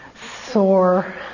sore